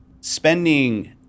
Spending